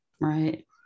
right